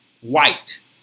white